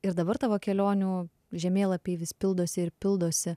ir dabar tavo kelionių žemėlapiai vis pildosi ir pildosi